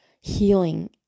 healing